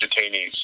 detainees